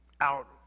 out